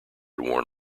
worn